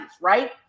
right